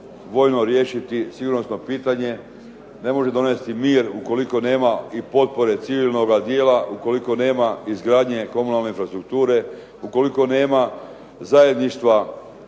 ne može donesti mir ukoliko nema i potpore civilnoga dijela, ukoliko nema izgradnje komunalne infrastrukture, ukoliko nema zajedništva